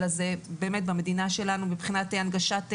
הזה במדינה שלנו מבחינת הנגשת חיסונים,